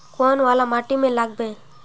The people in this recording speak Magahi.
कौन वाला माटी में लागबे?